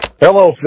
Hello